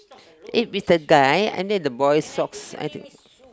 if with a guy under the boy socks I think